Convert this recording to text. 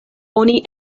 oni